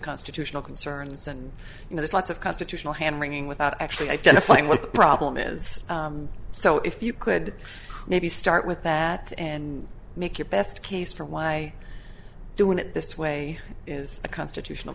constitutional concerns and you know there's lots of constitutional hand wringing without actually identifying what the problem is so if you could maybe start with that and make your best case for why doing it this way is a constitutional